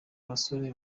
abasore